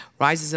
rises